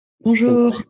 Bonjour